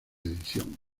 edición